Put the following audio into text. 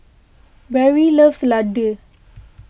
Berry loves Ladoo